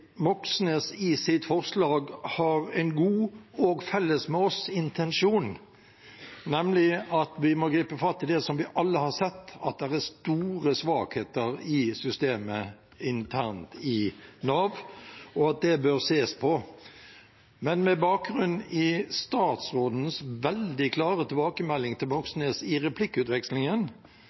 Moxnes i sitt forslag har en god intensjon, og felles med oss, nemlig at vi må gripe fatt i det som vi alle har sett er store svakheter i systemet internt i Nav, og at det bør ses på. Men med bakgrunn i statsrådens veldig klare tilbakemelding til Moxnes i